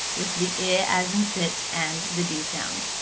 with the ih as in sit and the d sound.